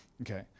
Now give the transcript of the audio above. Okay